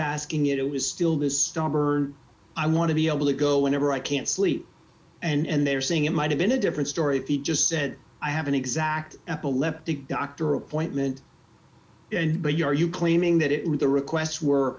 asking it it was still this stubborn i want to be able to go whenever i can't sleep and they're saying in might have been a different story if he just said i have an exact epileptic doctor appointment and but you are you claiming that it was the requests were